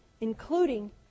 including